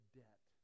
debt